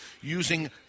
using